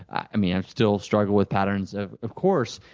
i um yeah still struggle with patterns of of course,